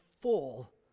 full